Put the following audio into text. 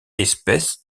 espèces